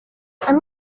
and